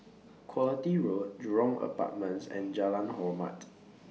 Quality Road Jurong Apartments and Jalan Hormat